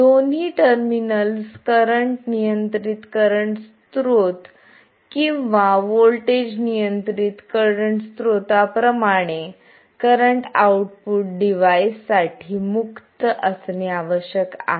दोन्ही terminals current नियंत्रित current स्त्रोत किंवा व्होल्टेज नियंत्रित करंट स्त्रोता प्रमाणे करंट आउटपुट डिव्हाइस साठी मुक्त असणे आवश्यक आहे